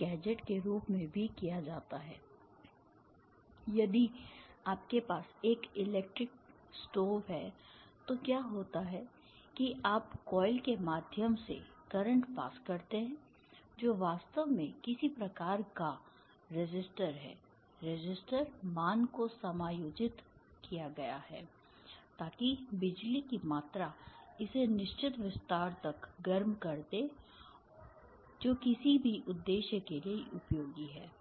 gadget के रूप में भी किया जाता है यदि आपके पास एक इलेक्ट्रिक स्टोव है तो क्या होता है कि आप कॉइल के माध्यम से करंट पास करते हैं जो वास्तव में किसी प्रकार का अवरोधक है रेसिस्टर मान को समायोजित किया गया है ताकि बिजली की मात्रा इसे एक निश्चित विस्तार तक गर्म कर दे जो कि किसी भी उद्देश्य के लिए उपयोगी है